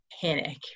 panic